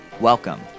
Welcome